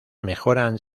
mejoran